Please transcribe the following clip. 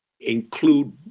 include